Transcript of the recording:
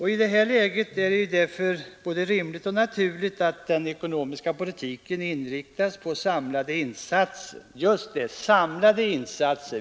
I det läget är det därför både rimligt och naturligt att den ekonomiska politiken inriktas på samlade insatser.